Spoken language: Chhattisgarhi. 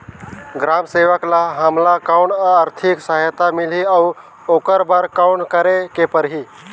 ग्राम सेवक ल हमला कौन आरथिक सहायता मिलही अउ ओकर बर कौन करे के परही?